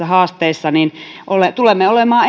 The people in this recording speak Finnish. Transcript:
haasteissa niin tulemme olemaan